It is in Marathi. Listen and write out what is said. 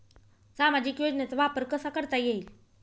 सामाजिक योजनेचा वापर कसा करता येईल?